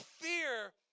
fear